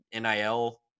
NIL